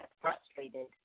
frustrated